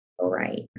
right